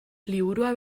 liburua